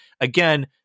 again